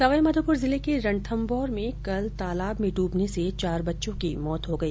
सवाईमाधोप्र जिले के रणथम्भौर में कल तालाब में डूबने से चार बच्चों की मौत हो गई